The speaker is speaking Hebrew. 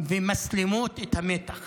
ומסלימות את המתח